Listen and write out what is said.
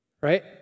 Right